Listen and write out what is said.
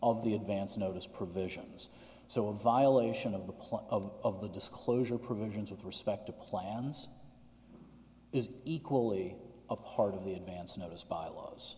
of the advance notice provisions so a violation of the plot of the disclosure provisions with respect to plans is equally a part of the advance notice bylaws